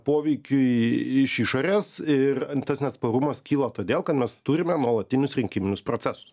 poveikiui iš išorės ir tas neatsparumas kyla todėl kad mes turime nuolatinius rinkiminius procesus